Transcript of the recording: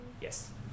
yes